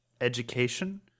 education